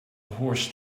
horse